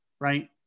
Right